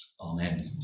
amen